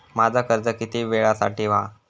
माझा कर्ज किती वेळासाठी हा?